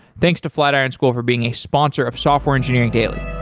thanks to flatiron school for being a sponsor of software engineering daily